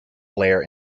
blair